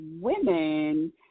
women